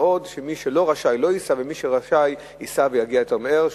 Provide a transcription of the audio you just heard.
שמי שלא רשאי לא ייסע ומי שרשאי ייסע ויגיע יותר מהר.